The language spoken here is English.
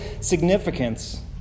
significance